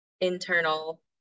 internal